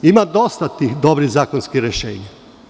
Ima dosta tih dobrih zakonskih rešenja.